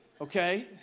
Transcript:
Okay